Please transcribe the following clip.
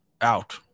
out